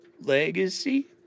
legacy